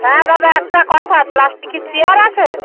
হ্যাঁ দাদা একটা কথা প্লাস্টিকের চেয়ার আছে